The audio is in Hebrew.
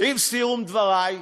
עם סיום דברי,